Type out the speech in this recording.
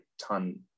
ton